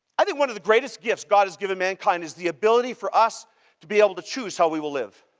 i think one of the greatest gifts god has given mankind is the ability for us to be able to choose how we will live.